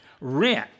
rent